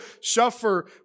suffer